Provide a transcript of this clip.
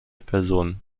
personen